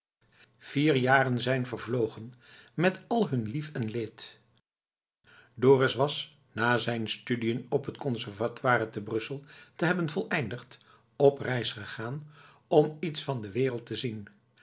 vier jaren zijn vervlogen met al hun lief en leed dorus was na zijn studiën op het conservatoire te brussel te hebben voleindigd op reis gegaan om iets van de wereld te zien